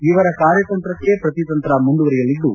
ಇವರ ಕಾರ್ಯತಂತ್ರಕ್ಷೆ ಪ್ರತಿ ತಂತ್ರ ಮುಂದುವರೆಯಲಿದ್ದು